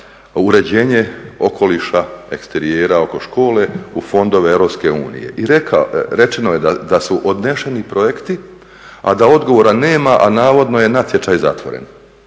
uređenje okoliša, eksterijera oko škole u fondove EU? I rečeno je da su odneseni projekti, a da odgovora nema, a navodno je natječaj zatvoren.